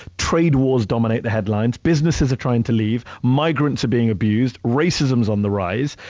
trade wars dominate the headlines. businesses are trying to leave. migrants are being abused. racism's on the rise,